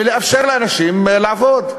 ולאפשר לאנשים לעבוד.